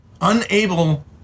unable